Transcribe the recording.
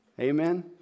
Amen